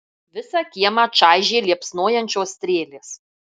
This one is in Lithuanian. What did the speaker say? visą kiemą čaižė liepsnojančios strėlės